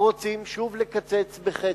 רוצים שוב לקצץ בחצי.